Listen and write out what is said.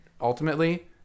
ultimately